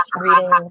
reading